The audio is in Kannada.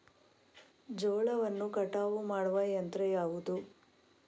ಜೋಳವನ್ನು ಕಟಾವು ಮಾಡುವ ಯಂತ್ರ ಯಾವುದು?